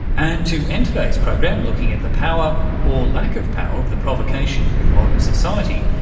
and to end today's program looking at the power or lack of power of the provocation in modern society,